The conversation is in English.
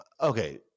Okay